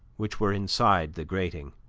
which were inside the grating.